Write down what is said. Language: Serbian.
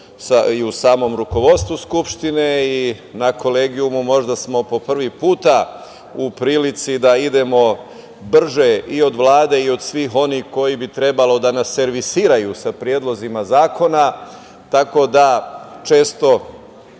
i u samom rukovodstvu Skupštine i na Kolegijumu smo možda po prvi put u prilici da idemo brže i od Vlade i od svih onih koji bi trebalo da nas servisiraju sa predlozima zakona, tako da često